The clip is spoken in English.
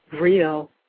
real